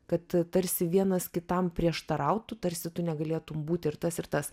kad tarsi vienas kitam prieštarautų tarsi tu negalėtum būt ir tas ir tas